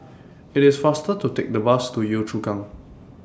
IT IS faster to Take The Bus to Yio Chu Kang